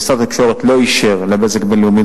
משרד התקשורת לא אישר ל"בזק בינלאומי"